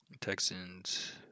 Texans